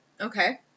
Okay